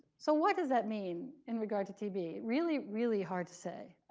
so what does that mean in regard to tb? really, really hard to say.